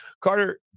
Carter